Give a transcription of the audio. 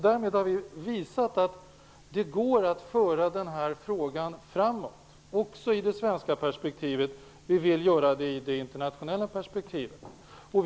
Därmed har vi visat att det går att föra frågan framåt, också i det svenska perspektivet - vi vill ju göra det i det internationella perspektivet.